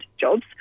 jobs